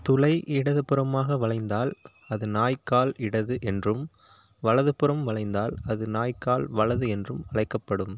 துளை இடது புறமாக வளைந்தால் அது நாய் கால் இடது என்றும் வலது புறம் வளைந்தால் அது நாய் கால் வலது என்றும் அழைக்கப்படும்